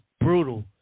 brutal